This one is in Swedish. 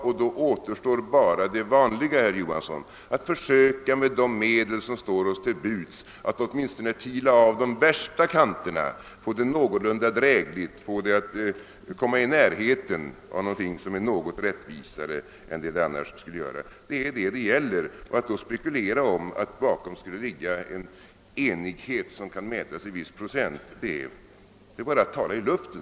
Då återstår bara det vanliga: att med de medel som står oss till buds försöka att åtminstone fila av de värsta kanterna, få systemet någor lunda drägligt, få det att komma i närheten av någonting som är något rättvisare än det annars skulle vara. Det är detta frågan gäller, och att då spekulera om att bakom utskottets förslag skulle ligga en enighet, som kan mätas i viss procent, är bara att tala rakt ut i luften.